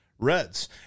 Reds